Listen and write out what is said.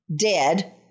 dead